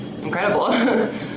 incredible